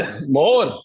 more